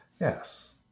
Yes